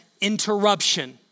interruption